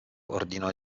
ordinò